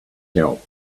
help